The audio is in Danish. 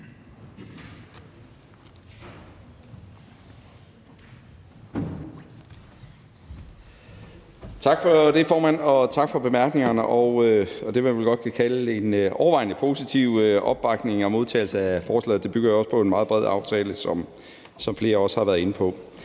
Tak for det, formand, og tak for bemærkningerne og for det, man vel godt kan kalde en overvejende positiv modtagelse af og opbakning til forslaget. Det bygger jo også på en meget bred aftale, som flere har været inde på.